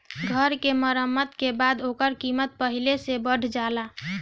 घर के मरम्मत के बाद ओकर कीमत पहिले से बढ़ जाला